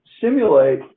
Simulate